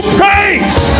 praise